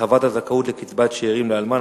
(הרחבת הזכאות לקצבת שאירים לאלמן),